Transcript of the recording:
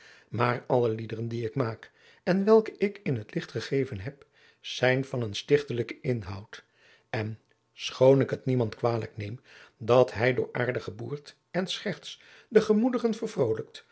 maar alle liederen die ik maak en welke ik in het licht gegeven heb zijn van een stichtelijken inhoud en schoon ik het niemand kwalijk neem dat hij door aardige boert en scherts de